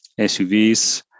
suvs